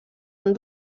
han